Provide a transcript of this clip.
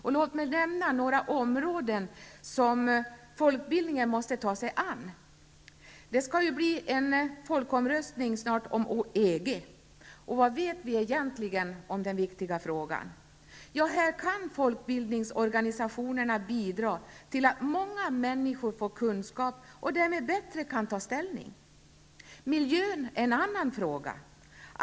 Låt mig nämna några områden som folkbildningen måste ta sig an. Det skall ju snart bli en folkomröstning om EG. Vad vet vi egentligen om denna viktiga fråga? Här kan folkbildningsorganisationerna bidra till att många människor får kunskap och därmed kan ta ställning bättre. Miljön är en annan fråga.